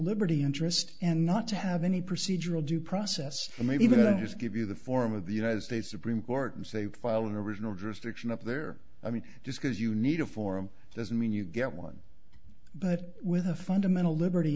liberty interest and not to have any procedural due process or maybe even a just give you the form of the united states supreme court and say file an original jurisdiction up there i mean just because you need a forum doesn't mean you get one but with a fundamental liberty